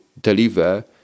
deliver